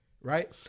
right